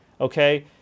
okay